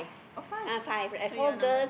oh five so you want number